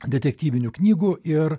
detektyvinių knygų ir